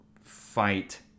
fight